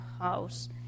house